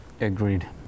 agreed